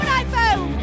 iPhone